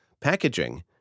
packaging